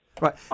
Right